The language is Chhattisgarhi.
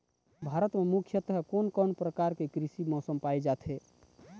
भारत म मुख्यतः कोन कौन प्रकार के कृषि मौसम पाए जाथे?